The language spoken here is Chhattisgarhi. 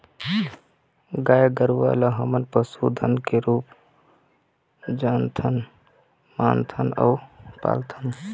गाय गरूवा ल हमन पशु धन के रुप जानथन, मानथन अउ पालथन